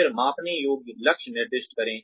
फिर मापने योग्य लक्ष्य निर्दिष्ट करें